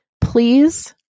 please